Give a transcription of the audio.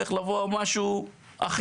צריך לבוא עם משהו אחר.